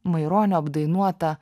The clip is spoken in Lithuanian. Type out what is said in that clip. maironio apdainuota